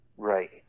Right